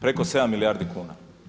Preko 7 milijardi kuna.